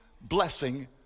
blessing